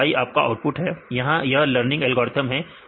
तो Y आपका output है यहां यह लर्निंग एल्गोरिथम है